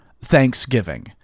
Thanksgiving